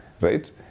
right